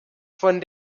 von